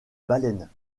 baleines